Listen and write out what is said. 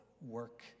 work